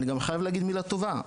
אני גם חייב להגיד מילה טובה,